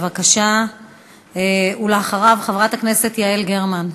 בבקשה, ואחריו, חברת הכנסת יעל גרמן.